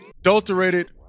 Adulterated